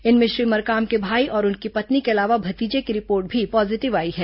इनमें श्री मरकाम के भाई और उनकी पत्नी के अलावा भतीजे की रिपोर्ट भी पॉजीटिव आई है